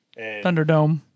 Thunderdome